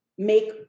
make